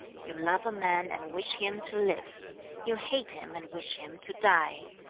you love a man and wish him to live you hate him and wish him to die.